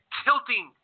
tilting